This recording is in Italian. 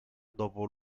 dopo